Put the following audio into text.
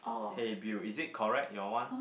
hey Bill is it correct your one